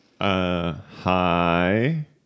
hi